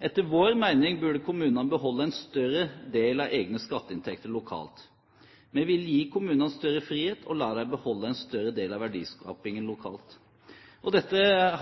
Etter vår mening burde kommunene beholde en større del av egne skatteinntekter lokalt. Vi vil gi kommunene større frihet og la dem beholde en større del av verdiskapingen lokalt. Dette uttalte